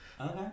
Okay